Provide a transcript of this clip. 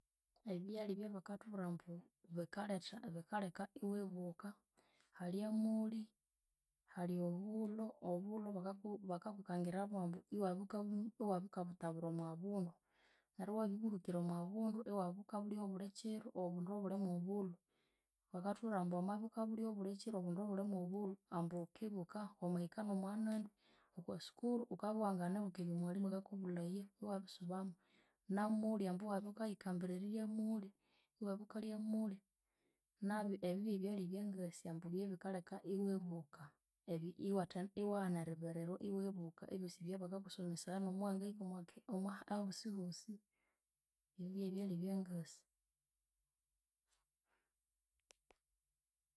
Ebyalya ebyabakathubwirambu bikaletha bikaleka iwibuka, hali amoli, hali obulho, obulho bakaku bakakukangirabu ambu iwabya wukabunywa iwabya wukabuthabura omwabundu. Neryu wabibuhira omwabundu iwabya wukabulya bulikyiru obundu obuli mwobulhu. Bakathubwirambu wamabya wukabulya buli kyiru obundu obulhi mwobulhu ambu wukibuka wamahika nomwanani okwasukuru wukabya iwanganibuka ebyo mughalimu akakubulhaya iwabisubamu. Namoli ambu iwabya wukayikambira erirya amolhi iwabya wukalya amolhi. Nabyu ebyo byebyalya ebyangasi ambu byebikaleka iwibuka., iwaghana eribirirwa iwibuka ebyosi ebyabakakusomesaya nomuwangahika, ahosihosi ingye bwebyalya ebyangasi